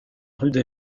rude